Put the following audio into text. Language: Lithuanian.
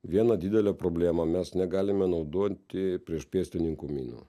vieną didelę problemą mes negalime naudoti priešpėstininkų minų